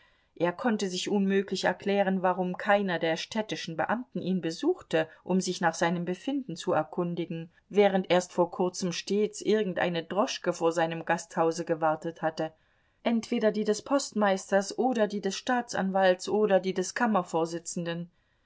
er konnte sich unmöglich erklären warum keiner der städtischen beamten ihn besuchte um sich nach seinem befinden zu erkundigen während erst vor kurzem stets irgendeine droschke vor seinem gasthause gewartet hatte entweder die des postmeisters oder die des staatsanwalts oder die des